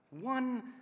one